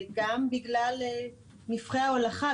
גם בגלל נפחי ההולכה,